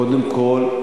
קודם כול,